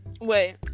Wait